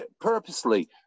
Purposely